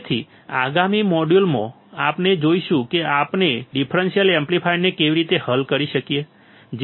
તેથી આગામી મોડ્યુલમાં આપણે જોઈશું કે આપણે ડિફરન્સીયલ એમ્પ્લીફાયરને કેવી રીતે હલ કરી શકીએ